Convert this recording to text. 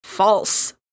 false